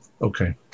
Okay